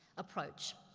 approach.